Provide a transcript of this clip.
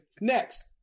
next